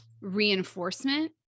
reinforcement